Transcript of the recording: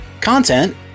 Content